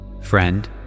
Friend